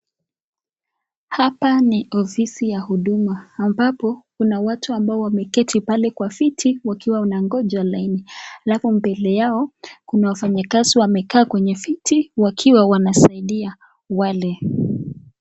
Hapa ni ofisi ya huduma, ambapo kuna watu ambao wameketi pale kwa viti wakiwa wamegonja laini, alafu mbele yao kuna wafanyikazi wamekaa kwenye viti wakiwa wanasaidia wale.